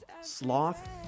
Sloth